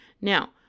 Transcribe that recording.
Now